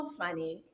funny